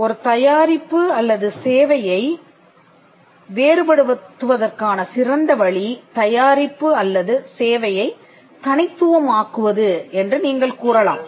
ஒரு தயாரிப்பு அல்லது சேவையை வேறு படுத்துவதற்கான சிறந்த வழி தயாரிப்பு அல்லது சேவையை தனித்துவம் ஆக்குவது என்று நீங்கள் கூறலாம்